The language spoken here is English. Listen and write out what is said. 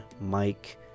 Mike